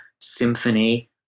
symphony